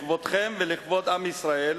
לכבודכם ולכבוד עם ישראל,